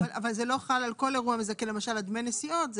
אבל זה לא חל על כל אירוע כמו למשל דמי נסיעות.